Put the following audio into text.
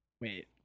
Wait